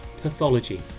pathology